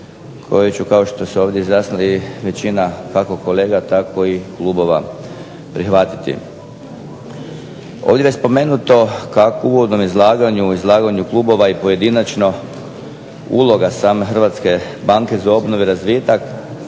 koje ću kao što se ovdje izjasnila i većina kako kolega, tako i klubova, prihvatiti. Ovdje je spomenuto kako u uvodnom izlaganju, izlaganju klubova i pojedinačno uloga same Hrvatske banke za obnovu i razvitak